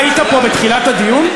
אתה היית פה בתחילת הדיון?